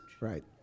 right